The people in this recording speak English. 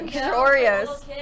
Oreos